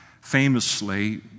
Famously